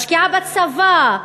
משקיעה בצבא,